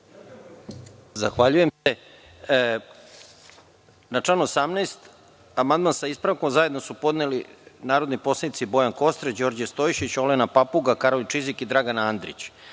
Zahvaljujem se. Na član 18. amandman sa ispravkom zajedno su podneli narodni poslanici Bojan Kostreš, Đorđe Stojšić, Olena Papuga, Karolj Čizik i Dragan Andrić. Vlada